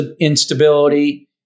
instability